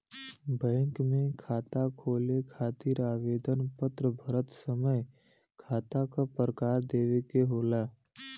bank में खाता खोले खातिर आवेदन पत्र भरत समय खाता क प्रकार देवे के होला